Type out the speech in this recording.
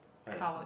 where